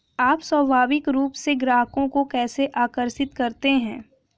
आप स्वाभाविक रूप से ग्राहकों को कैसे आकर्षित करते हैं?